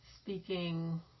speaking